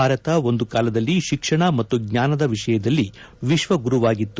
ಭಾರತ ಒಂದು ಕಾಲದಲ್ಲಿ ಶಿಕ್ಷಣ ಮತ್ತು ಜ್ವಾನದ ವಿಷಯದಲ್ಲಿ ವಿಶ್ವಗುರುವಾಗಿತ್ತು